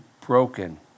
broken